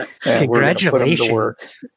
Congratulations